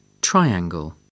Triangle